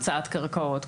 הקצאת קרקעות,